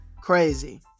Crazy